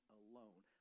alone